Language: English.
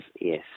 yes